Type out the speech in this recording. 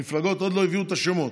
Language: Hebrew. המפלגות עוד לא הביאו את השמות,